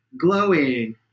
glowing